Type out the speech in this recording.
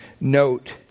note